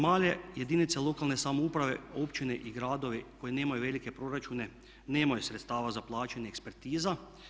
Male jedinice lokalne samouprave, općine i gradovi koji nemaju velike proračune nemaju sredstava za plaćanje ekspertiza.